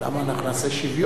אנחנו נעשה שוויון.